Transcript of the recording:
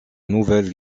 nouvelle